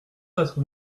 quatre